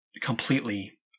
completely